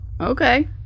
okay